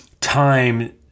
time